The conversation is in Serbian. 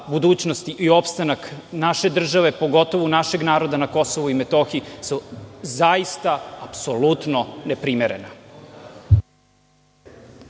budućnost i opstanak naše države, pogotovo našeg naroda na Kosovu i Metohiji, apsolutno neprimerena.